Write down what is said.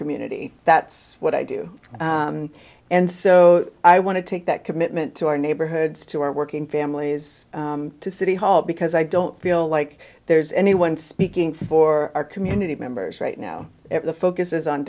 community that's what i do and so i want to take that commitment to our neighborhoods to our working families to city hall because i don't feel like there's anyone speaking for our community members right now the focus is on